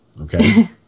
Okay